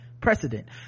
precedent